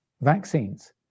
vaccines